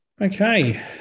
Okay